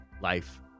life